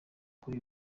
kuri